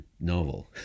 novel